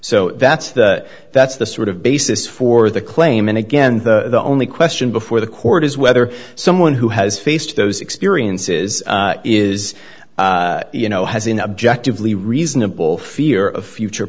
so that's the that's the sort of basis for the claim and again the only question before the court is whether someone who has faced those experiences is you know has an objectively reasonable fear of future